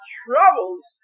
troubles